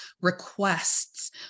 requests